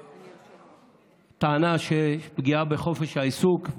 שטענה שיש פגיעה בחופש העיסוק,